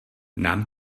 nám